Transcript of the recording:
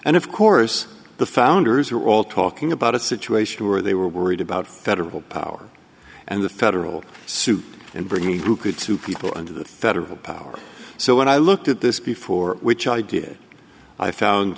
and of course the founders were all talking about a situation where they were worried about federal power and the federal suit and bringing who could sue people under the federal power so when i looked at this before which i did i found